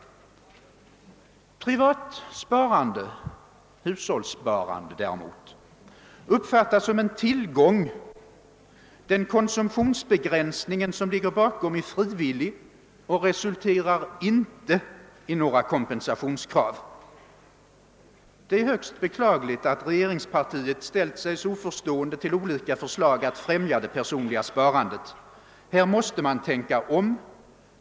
Privat sparande, hushållssparande, uppfattas däremot som en tillgång — den konsumtionsbegränsning som ligger bakom är frivillig och resulterar inte i några kompensationskrav. Det är högst beklagligt att regeringspartiet ställt sig så oförstående till olika förslag att främja det personliga sparandet. Här måste man tänka om.